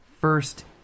first